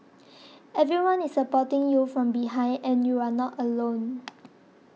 everyone is supporting you from behind and you are not alone